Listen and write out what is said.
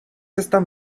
están